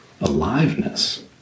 aliveness